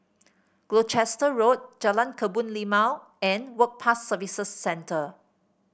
Gloucester Road Jalan Kebun Limau and Work Pass Services Centre